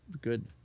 good